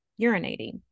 urinating